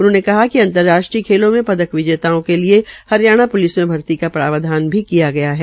उन्होंने कहा कि अंतर्राष्ट्रीय खेलों में पदक विजेताओं के लिए हरियाणा प्लिस में भर्ती का प्रावधान भी किया गया है